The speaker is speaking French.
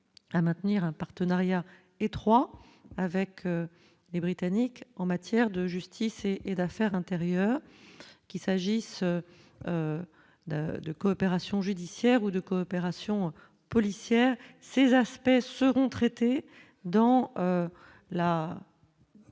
à maintenir un partenariat étroit avec les Britanniques en matière de justice et et d'affaires intérieures qu'il s'agisse de coopération judiciaire ou de coopération policière, ces aspects seront traitées dans la